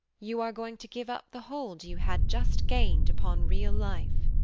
you are going to give up the hold you had just gained upon real life?